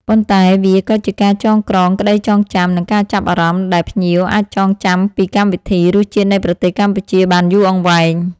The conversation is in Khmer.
ប៉ុន្តែវាក៏ជាការចងក្រងក្តីចងចាំ និងការចាប់អារម្មណ៍ ដែលភ្ញៀវអាចចងចាំពីកម្មវិធី រសជាតិនៃប្រទេសកម្ពុជា បានយូរអង្វែង។